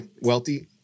Wealthy